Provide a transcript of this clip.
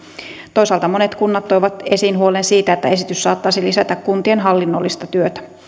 toisaalta monet kunnat toivat esiin huolen siitä että esitys saattaisi lisätä kuntien hallinnollista työtä